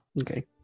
okay